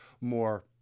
more